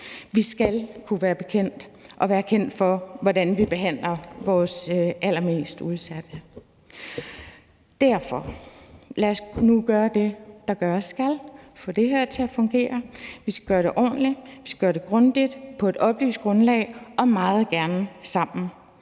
Vi skal kunne være bekendt og være kendt for, hvordan vi behandler vores allermest udsatte. Derfor vil jeg sige: Lad os nu gøre det, der gøres skal, og få det her til at fungere. Vi skal gøre det ordentligt, vi skal gøre det grundigt, på et oplyst grundlag og meget gerne sammen.